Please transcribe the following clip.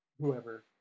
whoever